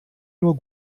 nur